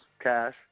cash